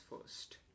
first